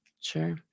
Sure